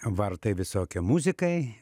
vartai visokiai muzikai